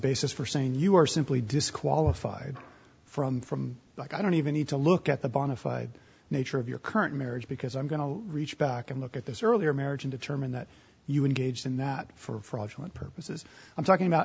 basis for saying you are simply disqualified from from like i don't even need to look at the bonafide nature of your current marriage because i'm going to reach back and look at this earlier marriage and determine that you engaged in that for what purposes i'm talking about